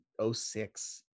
06